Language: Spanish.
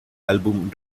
álbum